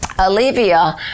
Olivia